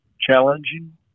challenging